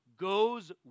goes